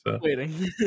waiting